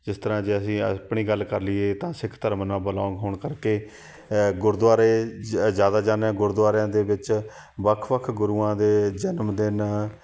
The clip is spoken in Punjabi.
ਜਿਸ ਤਰ੍ਹਾਂ ਜੇ ਅਸੀਂ ਆਪਣੀ ਗੱਲ ਕਰ ਲਈਏ ਤਾਂ ਸਿੱਖ ਧਰਮ ਨਾਲ ਬਿਲੋਂਗ ਹੋਣ ਕਰਕੇ ਗੁਰਦੁਆਰੇ ਜ਼ ਜ਼ਿਆਦਾ ਜਾਂਦੇ ਗੁਰਦੁਆਰਿਆਂ ਦੇ ਵਿੱਚ ਵੱਖ ਵੱਖ ਗੁਰੂਆਂ ਦੇ ਜਨਮਦਿਨ